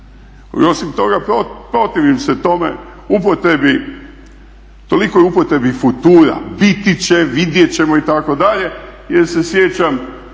osim toga protivim se tome, tolikoj upotrebi futura, biti će, vidjet ćemo itd. jer se sjećam